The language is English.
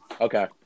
Okay